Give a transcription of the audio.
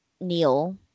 Neil